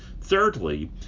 Thirdly